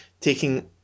taking